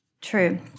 True